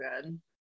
good